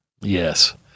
Yes